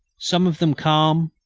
some of them calm,